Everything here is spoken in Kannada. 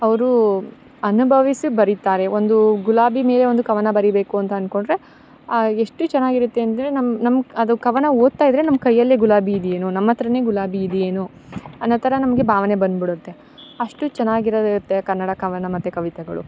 ಅವರು ಅನುಭವಿಸಿ ಬರಿತಾರೆ ಒಂದು ಗುಲಾಬಿ ಮೇಲೆ ಒಂದು ಕವನ ಬರಿಬೇಕು ಅಂತ ಅನ್ಕೊಂಡರೆ ಎಷ್ಟು ಚೆನ್ನಾಗಿರುತ್ತೆ ಅಂದರೆ ನಮ್ಮ ನಮ್ಮ ಅದು ಕವನ ಓದ್ತಾಯಿದ್ರೆ ನಮ್ಮ ಕೈಯಲ್ಲೇ ಗುಲಾಬಿ ಇದೆಯೆನೋ ನಮ್ಮಹತ್ರ ಗುಲಾಬಿ ಇದಿಯೇನೊ ಅನ್ನೋಥರ ನಮಗೆ ಭಾವನೆ ಬಂದುಬಿಡುತ್ತೆ ಅಷ್ಟು ಚೆನ್ನಾಗಿರತೆ ಕನ್ನಡ ಕವನ ಮತ್ತು ಕವಿತೆಗಳು